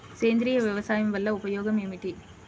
సేంద్రీయ వ్యవసాయం వల్ల ఉపయోగం ఏమిటి?